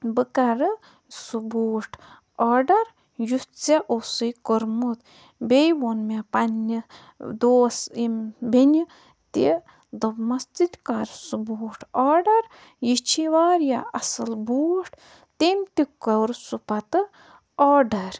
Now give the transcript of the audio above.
بہٕ کَرٕ سُہ بوٗٹھ آرڈَر یُس ژےٚ اوسُے کوٚرمُت بیٚیہِ ووٚن مےٚ پنٛنہِ دوس یِم بیٚنہِ تہِ دوٚپمَس ژٕ تہِ کَر سُہ بوٗٹھ آرڈَر یہِ چھی واریاہ اَصٕل بوٗٹھ تٔمۍ تہِ کوٚر سُہ پَتہٕ آرڈَر